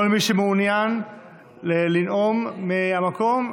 כל מי שמעוניין לנאום מהמקום,